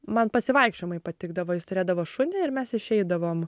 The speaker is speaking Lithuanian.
man pasivaikščiojimai patikdavo jis turėdavo šunį ir mes išeidavom